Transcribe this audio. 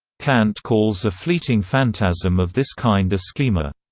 kant calls a fleeting phantasm of this kind a schema.